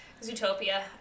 Zootopia